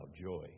joy